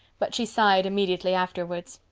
but she sighed immediately afterwards.